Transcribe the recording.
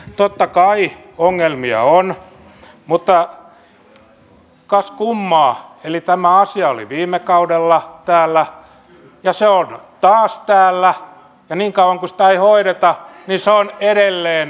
totta kai ongelmia on mutta kas kummaa eli tämä asia oli viime kaudella täällä ja se on taas täällä ja niin kauan kuin sitä ei hoideta se on edelleen täällä